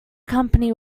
company